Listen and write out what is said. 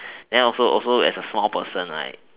then also also as a floor person right